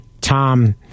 Tom